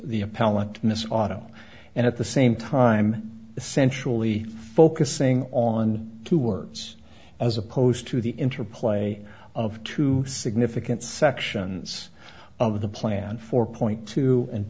miss auto and at the same time essentially focusing on two words as opposed to the interplay of two significant section it's of the plan four point two and